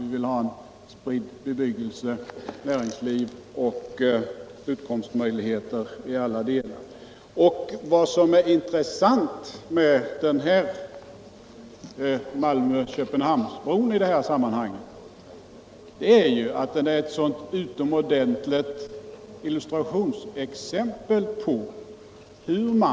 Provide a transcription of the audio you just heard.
Vi vill ha en spridd bebyggelse, ett spritt näringsliv och spridda utkomstmöjligheter i alla delar. Det intressanta med Malmö-Köpenhamns-bron är att den är en sådan utomordentlig illustration.